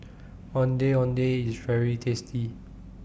Ondeh Ondeh IS very tasty